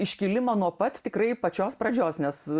iškilimą nuo pat tikrai pačios pradžios nes